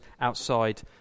outside